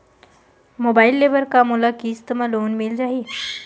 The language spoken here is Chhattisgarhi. मोबाइल ले बर का मोला किस्त मा लोन मिल जाही?